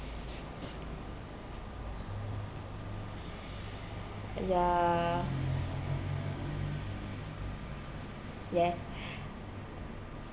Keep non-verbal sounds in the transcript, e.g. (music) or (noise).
ya ya (breath)